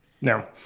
no